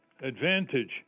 advantage